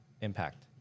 impact